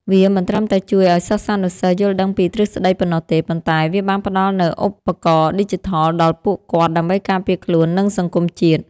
វាមិនត្រឹមតែជួយឱ្យសិស្សានុសិស្សយល់ដឹងពីទ្រឹស្ដីប៉ុណ្ណោះទេ ប៉ុន្តែវាបានផ្ដល់នូវ ឧបករណ៍ឌីជីថល ដល់ពួកគាត់ដើម្បីការពារខ្លួន និងសង្គមជាតិ។